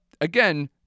again